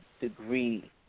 degree